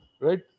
right